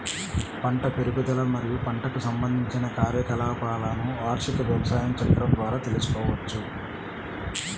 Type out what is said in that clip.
పంట పెరుగుదల మరియు పంటకు సంబంధించిన కార్యకలాపాలను వార్షిక వ్యవసాయ చక్రం ద్వారా తెల్సుకోవచ్చు